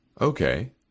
Okay